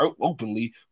openly